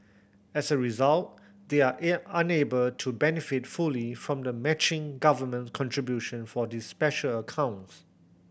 as a result they are unable to benefit fully from the matching government contribution for these special accounts